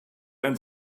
and